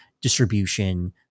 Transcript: distribution